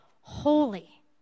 holy